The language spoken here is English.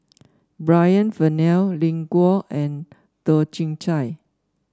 Brian Farrell Lin Gao and Toh Chin Chye